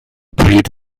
pryd